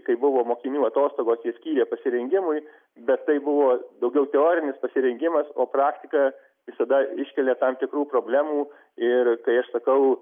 kai buvo mokinių atostogos jie skyrė pasirengimui bet tai buvo daugiau teorinis pasirengimas o praktika visada iškelia tam tikrų problemų ir tai aš sakau